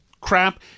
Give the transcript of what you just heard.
crap